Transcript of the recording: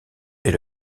est